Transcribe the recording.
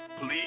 Please